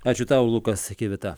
ačiū tau lukas kivita